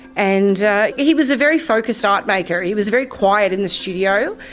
and he was a very focused art maker. he was very quiet in the studio,